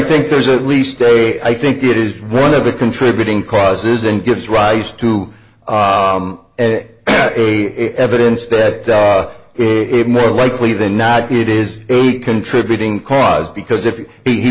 think there's a least a i think it is one of the contributing causes and gives rise to evidence that is more likely than not it is a contributing cause because if he